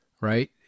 right